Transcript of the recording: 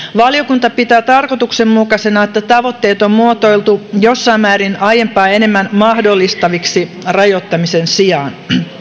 valiokunta pitää tarkoituksenmukaisena että tavoitteet on muotoiltu jossain määrin aiempaa enemmän mahdollistaviksi rajoittamisen sijaan